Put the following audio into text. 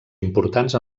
importants